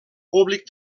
públic